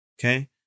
Okay